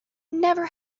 never